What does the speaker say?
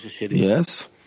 Yes